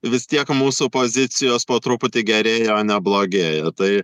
vis tiek mūsų pozicijos po truputį gerėja o ne blogėja tai